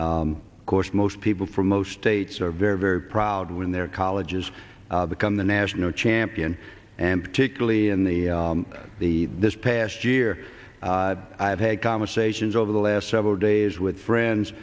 course most people from most states are very very proud when their colleges become the national champion and particularly in the the this past year i've had conversations over the last several days with friends